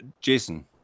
Jason